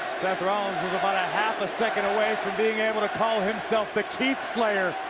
seth rollins was about a half second away for being able to call himself the keith slayer,